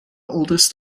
oldest